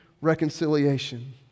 reconciliation